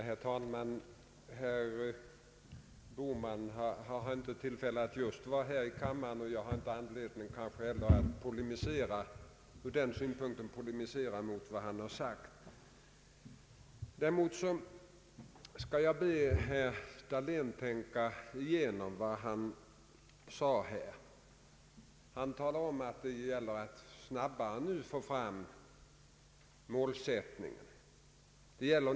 Herr talman! Herr Bohman har inte tilifälle att närvara i kammaren, och jag har därför inte anledning att polemisera mot vad han har sagt. Däremot kan jag be herr Dahlén tänka igenom vad han sade om att det gäller att snabbare än nu få fram en målsättning.